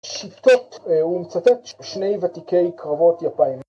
שיטות, הוא מצטט, שני ותיקי קרבות יפיים